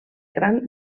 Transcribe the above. gran